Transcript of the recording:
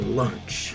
lunch